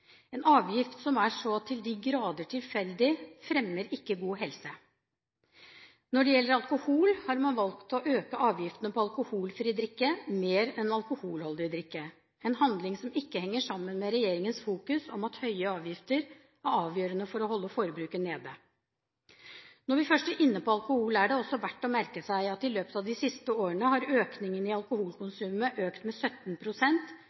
En avgift som er så til de grader tilfeldig, fremmer ikke god helse. Når det gjelder alkohol, har man valgt å øke avgiftene på alkoholfri drikke mer enn på alkoholholdig drikke – en handling som ikke henger sammen med regjeringens fokus på at høye avgifter er avgjørende for å holde forbruket nede. Når vi først er inne på alkohol, er det også verdt å merke seg at i løpet av de siste årene har økningen i